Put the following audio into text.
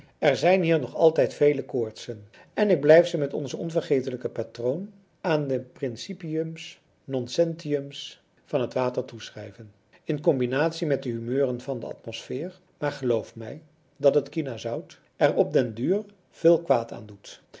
er zijn hier nog altijd vele koortsen en ik blijf ze met onzen onvergelijkelijken patroon aan de principiums noncentiums van het water toeschrijven in combinatie met de humeuren van de athmosfeer maar geloof mij dat het kinazout er op den duur veel kwaad aan doet